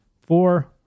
Four